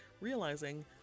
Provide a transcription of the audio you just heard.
realizing